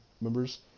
members